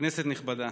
כנסת נכבדה,